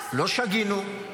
לא שגינו.